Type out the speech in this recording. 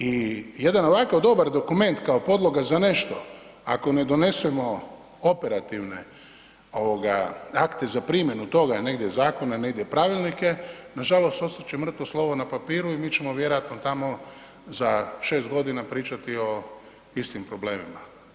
I jedan ovakav dobar dokument kao podloga za nešto ako ne donesemo, operativne akte za primjenu toga negdje zakona negdje pravilnike, nažalost, ostat će mrtvo slovo na papiru i mi ćemo vjerojatno tamo za 6 godina pričati o istim problemima.